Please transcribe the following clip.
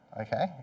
okay